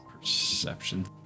perception